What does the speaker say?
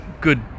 good